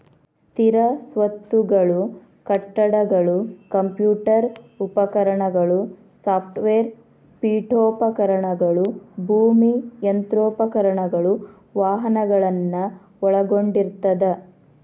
ಸ್ಥಿರ ಸ್ವತ್ತುಗಳು ಕಟ್ಟಡಗಳು ಕಂಪ್ಯೂಟರ್ ಉಪಕರಣಗಳು ಸಾಫ್ಟ್ವೇರ್ ಪೇಠೋಪಕರಣಗಳು ಭೂಮಿ ಯಂತ್ರೋಪಕರಣಗಳು ವಾಹನಗಳನ್ನ ಒಳಗೊಂಡಿರ್ತದ